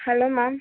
hello ma'am